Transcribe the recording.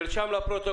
זה נרשם בפרוטוקול.